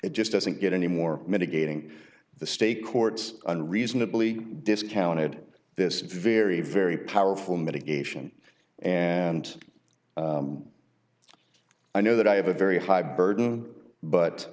it just doesn't get any more mitigating the state courts unreasonably discounted this very very powerful mitigation and i know that i have a very high burden but